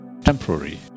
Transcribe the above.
temporary